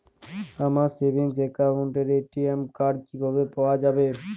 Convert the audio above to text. আমার সেভিংস অ্যাকাউন্টের ATM card কিভাবে পাওয়া যাবে?